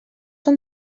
són